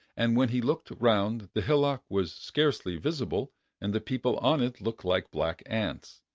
and when he looked round, the hillock was scarcely visible and the people on it looked like black ants,